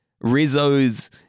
Rizzo's